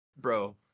Bro